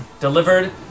delivered